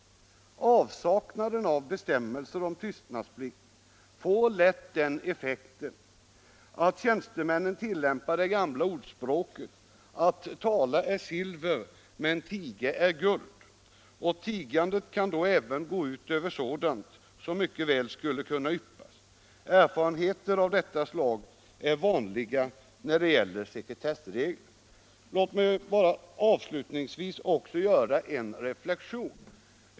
Avsaknaden av bestämmelser om tystnadsplikt får lätt den effekten att tjänstemannen tillämpar det gamla ordspråket att tala är silver men tiga är guld. Tigandet kan då gå ut över även sådant som mycket väl skulle kunnat yppas. Erfarenheter av detta slag är vanliga när det gäller sekretessregler. Låt mig avslutningsvis göra en reflexion.